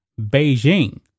Beijing